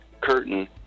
curtain